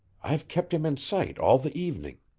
i've kept him in sight all the evening.